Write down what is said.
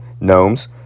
Gnomes